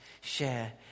share